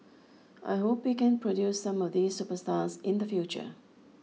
I hope we can produce some of these superstars in the future